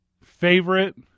favorite